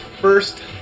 first